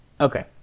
Okay